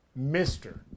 Mr